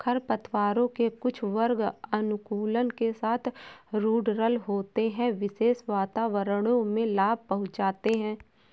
खरपतवारों के कुछ वर्ग अनुकूलन के साथ रूडरल होते है, विशेष वातावरणों में लाभ पहुंचाते हैं